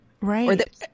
Right